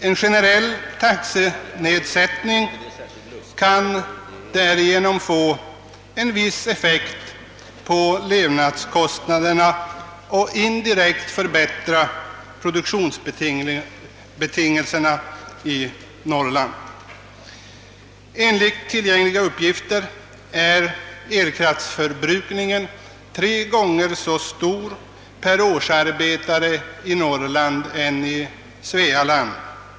En generell taxenedsättning kan därigenom få en viss effekt på levnadskostnaderna och indirekt förbättra produktionsbetingelserna i Norrland. Enligt tillgängliga uppgifter är elkraftförbrukningen tre gånger så stor per arbetare och år i Norrland som i Svealand.